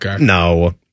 no